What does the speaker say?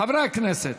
חברי הכנסת,